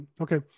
Okay